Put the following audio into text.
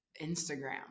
Instagram